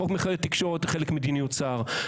חוק מחקרי תקשורת חוקק כחלק ממדיניות שר,